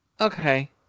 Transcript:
okay